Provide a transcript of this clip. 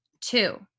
Two